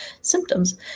symptoms